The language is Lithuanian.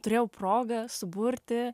turėjau progą suburti